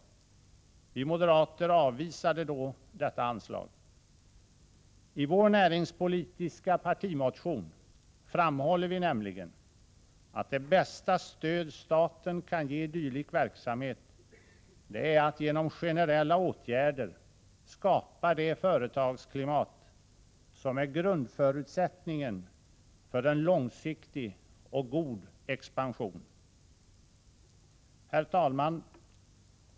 Vi moderater motsatte oss då detta anslag. I vår näringspolitiska partimotion framhåller vi nämligen att det bästa stöd staten kan ge dylik verksamhet är att genom generella åtgärder skapa det företagsklimat som är grundförutsättningen för en långsiktig och god expansion. Herr talman!